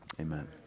Amen